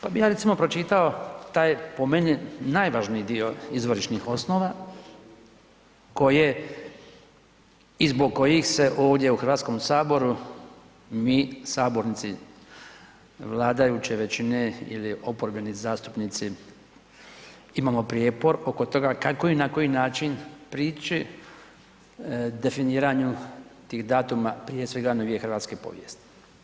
Pa bi ja recimo pročitao taj po meni najvažniji dio izvorišnih osnova koje i zbog kojih se ovdje u Hrvatskom saboru mi sabornici vladajuće većine ili oporbeni zastupnici imamo prijepor oko toga kako i na koji način prići definiranju tih datuma, prije svega novije hrvatske povijesti.